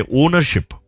ownership